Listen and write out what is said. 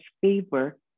favor